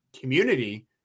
community